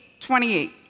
28